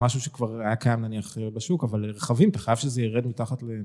משהו שכבר היה קיים נניח בשוק אבל רכבים אתה חייב שזה ירד מתחת